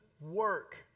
work